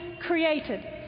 created